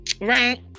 Right